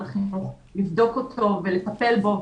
החינוך לבדוק את הנושא הזה ולטפל בזה.